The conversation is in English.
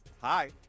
Hi